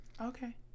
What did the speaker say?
Okay